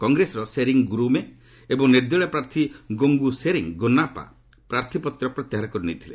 କଂଗ୍ରେସର ସେରିଂ ଗୁରମେ ଏବଂ ନିର୍ଦ୍ଦଳୀୟ ପ୍ରାର୍ଥୀ ଗୋଙ୍ଗୁସେରିଂ ଗୋନ୍ନାପା ପ୍ରାର୍ଥୀପତ୍ର ପ୍ରତ୍ୟାହାର କରିନେଇଥିଲେ